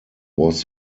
was